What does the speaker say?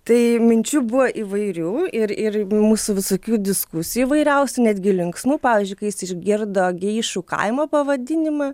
tai minčių buvo įvairių ir ir mūsų visokių diskusijų įvairiausių netgi linksmų pavyzdžiui kai jis išgirdo geišų kaimo pavadinimą